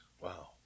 Wow